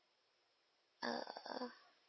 uh uh